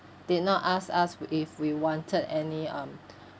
did not ask us if we wanted any um